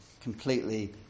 Completely